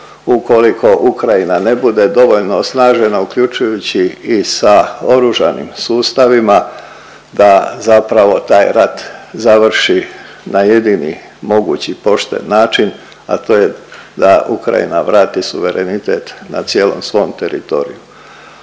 ukoliko Ukrajina ne bude dovoljno osnažena uključujući i sa oružanim sustavima da zapravo taj rat završi na jedini mogući pošten način, a to je da Ukrajina vrati suverenitet na cijelom svom teritoriju.